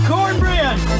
Cornbread